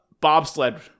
bobsled